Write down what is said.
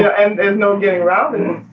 yeah and there's no getting around